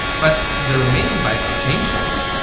but the remaining bytes changed a lot.